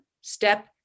step